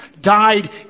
died